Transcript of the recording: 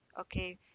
Okay